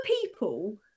people